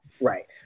Right